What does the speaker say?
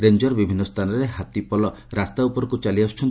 ରେଂକ୍ର ବିଭିନ୍ନ ସ୍ଥାନରେ ହାତୀପଲ ରାସ୍ତା ଉପରକୁ ଚାଲିଆସୁଛନ୍ତି